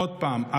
עוד פעם,